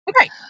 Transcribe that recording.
okay